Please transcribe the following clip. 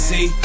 See